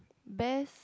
best